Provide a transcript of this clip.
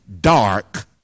dark